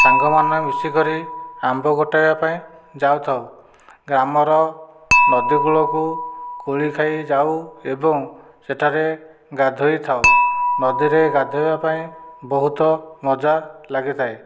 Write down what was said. ସାଙ୍ଗମାନେ ମିଶିକରି ଆମ୍ବ ଗୋଟାଇବା ପାଇଁ ଯାଉଥାଉ ଗ୍ରାମର ନଦୀକୂଳକୁ କୋଳି ଖାଇ ଯାଉ ଏବଂ ସେଠାରେ ଗାଧୋଇ ଥାଉ ନଦୀରେ ଗାଧୋଇବା ପାଇଁ ବହୁତ ମଜା ଲାଗିଥାଏ